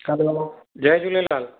Jay Jhulelal